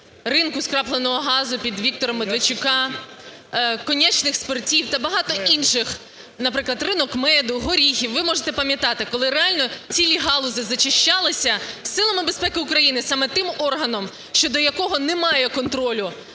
ринку скрапленого газу під Віктора Медведчука, коньячних спиртів та багато інших, наприклад, ринок меду, горіхів. Ви можете пам'ятати, коли реально цілі галузі зачищались силами безпеки України, саме тим органом, щодо якого немає контролю